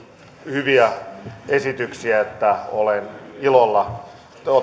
hyviä esityksiä että otan ilolla